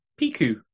Piku